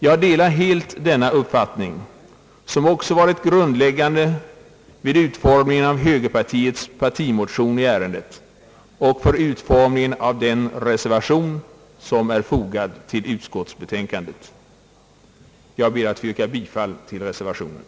Jag delar helt denna uppfattning, som också varit grundläggande vid utformandet av högerns partimotion och för utformandet av den re servation som är fogad till utskottsbetänkandet. Jag ber att få yrka bifall till reservation 1.